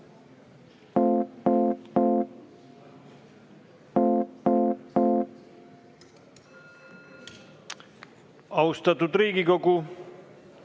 Austatud Riigikogu,